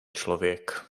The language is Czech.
člověk